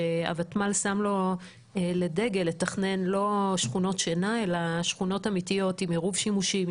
הותמ"ל שם לו כדגל לתכנן שכונות אמיתיות עם עירוב שימושים,